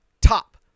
Top